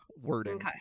wording